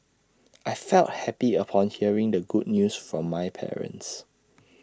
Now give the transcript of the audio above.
I felt happy upon hearing the good news from my parents